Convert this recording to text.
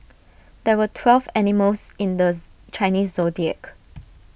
there are twelve animals in this Chinese Zodiac